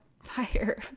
Fire